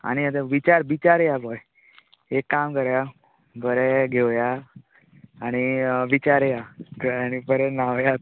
आनी आतां बिचार बिचार या हय एक काम करया बरे घेवया आनी बिचार या कळ्ळे न्ही बरे न्हावया